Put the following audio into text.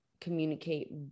communicate